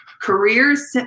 Careers